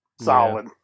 Solid